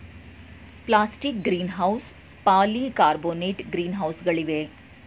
plastic greenhouse, polycarbonate green ಹೌಸ್ಗಳಿವೆ